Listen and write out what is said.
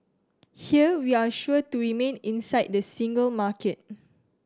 here we're sure to remain inside the single market